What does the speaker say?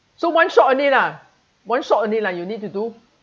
so one shot only lah one shot only lah you need to do